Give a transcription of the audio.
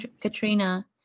Katrina